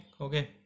okay